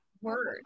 Word